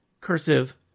cursive